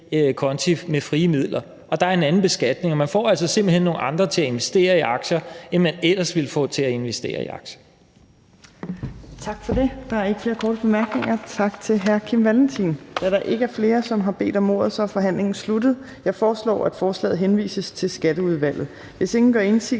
konti med frie midler, og der er en anden beskatning. Man får simpelt hen nogle andre til at investere i aktier, end man ellers ville få til at investere i aktier.